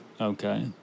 Okay